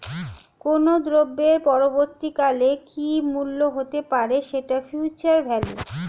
কোনো দ্রব্যের পরবর্তী কালে কি মূল্য হতে পারে, সেটা ফিউচার ভ্যালু